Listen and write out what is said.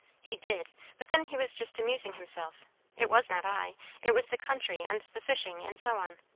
he did but then he was just amusing himself it was not i it was the country and the fishing, and so on.